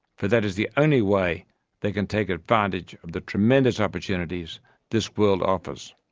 for that is the only way they can take advantage of the tremendous opportunities this world offers,